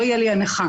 לא תהיה לי הנחה.